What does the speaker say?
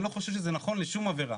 אני לא חושב שזה נכון לשום עבירה.